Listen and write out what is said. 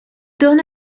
done